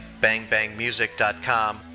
bangbangmusic.com